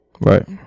right